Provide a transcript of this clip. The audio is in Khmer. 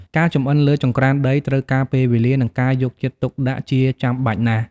ការចម្អិនលើចង្រ្កានដីត្រូវការពេលវេលា និងការយកចិត្តទុកដាក់ជាចាំបាច់ណាស់។